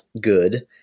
good